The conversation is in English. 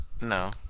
no